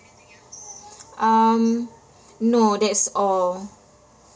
um no that's all